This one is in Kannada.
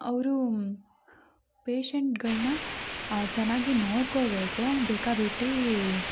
ಅವರು ಪೇಶೆಂಟ್ಗಳನ್ನ ಚೆನ್ನಾಗಿ ನೋಡ್ಕೋಬೇಕು ಬೇಕಾಬಿಟ್ಟೀ